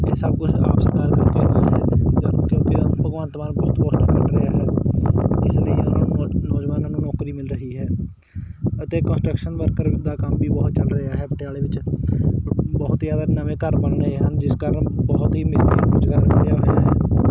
ਇਹ ਸਭ ਕੁਝ ਆਪ ਸਰਕਾਰ ਕਿਉਂਕਿ ਭਗਵੰਤ ਮਾਨ ਬਹੁਤ ਪੋਸਟਾਂ ਕੱਢ ਰਿਹਾ ਹੈ ਇਸ ਲਈ ਉਹਨਾਂ ਨੂੰ ਨੌਜਵਾਨਾਂ ਨੂੰ ਨੌਕਰੀ ਮਿਲ ਰਹੀ ਹੈ ਅਤੇ ਕੋਨਸਟਰਕਸ਼ਨ ਵਰਕਰ ਦਾ ਕੰਮ ਵੀ ਬਹੁਤ ਚੱਲ ਰਿਹਾ ਹੈ ਪਟਿਆਲੇ ਵਿੱਚ ਬਹੁਤ ਜ਼ਿਆਦਾ ਨਵੇਂ ਘਰ ਬਣ ਰਹੇ ਹਨ ਜਿਸ ਕਾਰਨ ਬਹੁਤ ਹੀ ਰੁਜ਼ਗਾਰ ਵਧਿਆ ਹੋਇਆ ਹੈ